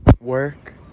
work